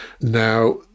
Now